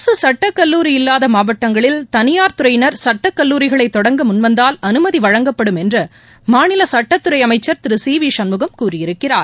அரசு சட்டக்கல்லூரி இல்லாத மாவட்டங்களில் தனியார் துறையினர் சுட்டக் கல்லூரிகளை தொடங்க முன்வந்தால் அனுமதி வழங்கப்படும் என்று மாநில சட்டத்துறை அமைச்சர் திரு சி வி சண்முகம் கூறியிருக்கிறார்